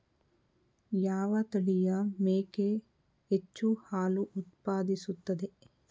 ಯಾವ ತಳಿಯ ಮೇಕೆ ಹೆಚ್ಚು ಹಾಲು ಉತ್ಪಾದಿಸುತ್ತದೆ?